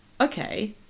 okay